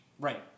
Right